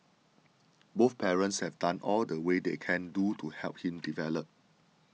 both parents have done all the way they can do to help him develop